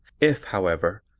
if, however,